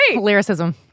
Lyricism